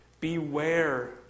Beware